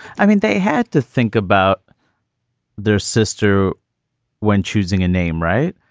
i mean they had to think about their sister when choosing a name, right.